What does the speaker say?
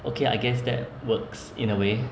okay I guess that works in a way